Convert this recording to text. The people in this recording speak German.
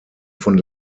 von